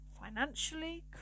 Financially